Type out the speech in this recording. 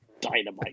dynamite